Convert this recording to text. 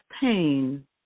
pain